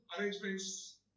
arrangements